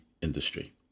industry